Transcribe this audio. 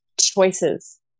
choices